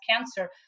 cancer